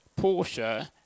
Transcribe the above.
Porsche